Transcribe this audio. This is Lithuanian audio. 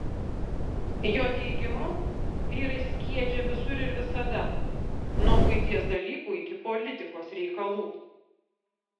jo teigimu vyrai skiedžia visur ir visada nuo buities dalykų iki politikos reikalų